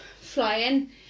flying